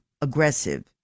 aggressive